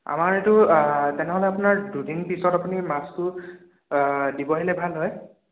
আমাৰ এইটো তেনেহ'লে আপোনাৰ দুদিন পিছত আপুনি মাছটো দিব আহিলে ভাল হয়